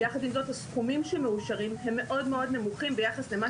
יחד עם זאת הסכומים שמאושרים הם מאד מאד נמוכים ביחס למה